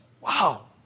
wow